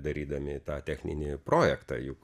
darydami tą techninį projektą juk